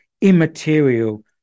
immaterial